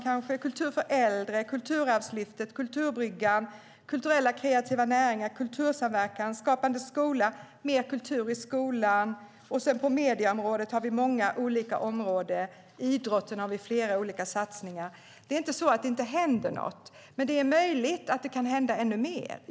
Det är kultur för äldre, Kulturarvslyftet, Kulturbryggan, kulturella och kreativa näringar, kultursamverkan, Skapande skola och mer kultur i skolan. På medieområdet har vi många olika områden. Inom idrotten har vi flera olika satsningar. Det är inte så att det inte händer något, men det är möjligt att det kan hända ännu mer.